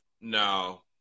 No